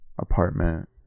apartment